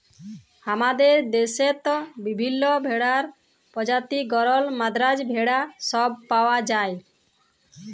হামাদের দশেত বিভিল্য ভেড়ার প্রজাতি গরল, মাদ্রাজ ভেড়া সব পাওয়া যায়